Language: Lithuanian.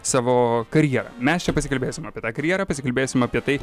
savo karjerą mes čia pasikalbėsim apie tą karjerą pasikalbėsim apie tai